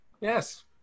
Yes